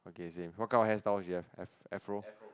okay same what kind of hairstyle she have af~ afro